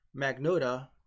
Magnota